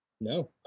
No